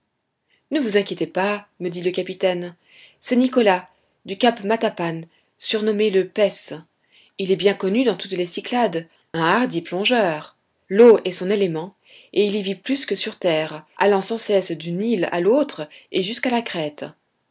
ne vous inquiétez pas me dit le capitaine c'est nicolas du cap matapan surnommé le pesce il est bien connu dans toutes les cyclades un hardi plongeur l'eau est son élément et il y vit plus que sur terre allant sans cesse d'une île à l'autre et jusqu'à la crète